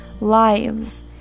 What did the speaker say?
lives